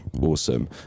Awesome